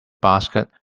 basket